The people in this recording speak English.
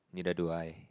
neither do I